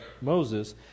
Moses